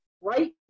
right